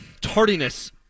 tardiness